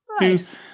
Nice